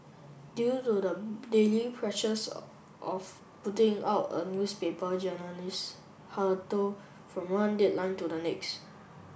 due to the daily pressures of putting out a newspaper journalist hurtle from one deadline to the next